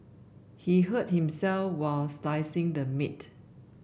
he hurt himself while slicing the meat